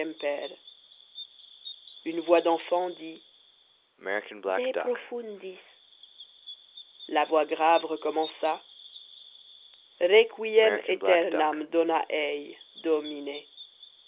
une voix d'enfant dit de profundis la voix grave recommença requiem aeternam dona ei domine